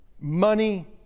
Money